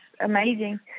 amazing